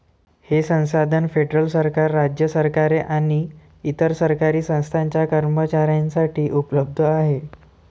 हे संसाधन फेडरल सरकार, राज्य सरकारे आणि इतर सरकारी संस्थांच्या कर्मचाऱ्यांसाठी उपलब्ध आहे